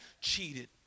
cheated